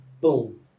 boom